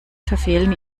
verfehlen